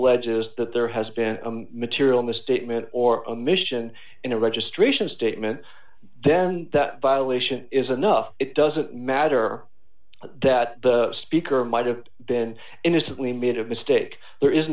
alleges that there has been a material misstatement or a mission in a registration statement then the violation is enough it doesn't matter that the speaker might have been innocently made a mistake there is